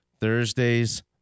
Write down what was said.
Thursdays